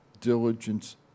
Diligence